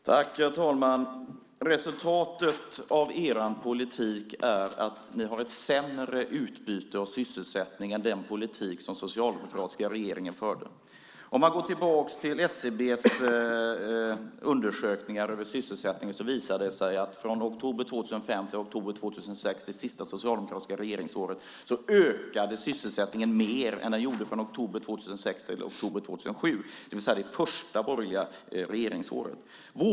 Herr talman! Resultatet av er politik är att ni har ett sämre utbyte och sysselsättning än med den politik som den socialdemokratiska regeringen förde. Om man går tillbaka till SCB:s undersökningar av sysselsättningen visar det sig att från oktober 2005 till oktober 2006, det sista socialdemokratiska regeringsåret, ökade sysselsättningen mer än vad den gjorde från oktober 2006 till oktober 2007, det vill säga det första borgerliga regeringsåret.